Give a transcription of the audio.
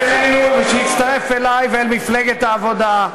שיצטרף אלי ואל מפלגת העבודה,